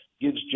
gives